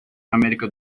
américa